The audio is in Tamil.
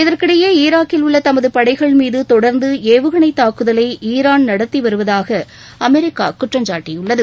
இதற்கிடையே ஈராக்கில் உள்ள தமது படைகள் மீது தொடர்ந்து ஏவுகணைத் தாக்குதலை ஈராள் நடத்தி வருவதாக அமெரிக்கா குற்றம் சாட்டியுள்ளது